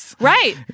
Right